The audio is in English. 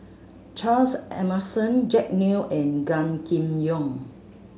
Charles Emmerson Jack Neo and Gan Kim Yong